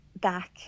back